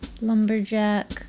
Lumberjack